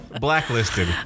blacklisted